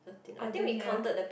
oh then ya